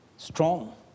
strong